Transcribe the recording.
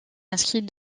inscrit